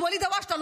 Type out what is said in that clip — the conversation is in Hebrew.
את ואליד אלהואשלה,